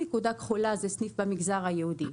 נקודה כחולה היא סניף במגזר היהודי.